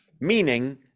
meaning